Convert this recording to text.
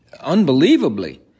unbelievably